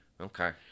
Okay